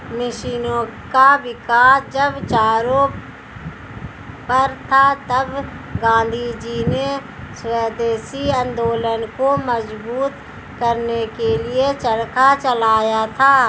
मशीनों का विकास जब जोरों पर था तब गाँधीजी ने स्वदेशी आंदोलन को मजबूत करने के लिए चरखा चलाया था